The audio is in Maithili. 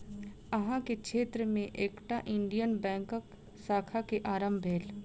अहाँ के क्षेत्र में एकटा इंडियन बैंकक शाखा के आरम्भ भेल